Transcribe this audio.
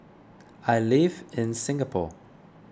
I live in Singapore